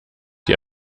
die